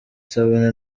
isabune